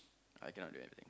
I cannot do everything